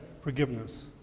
forgiveness